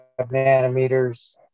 nanometers